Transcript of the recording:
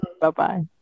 Bye-bye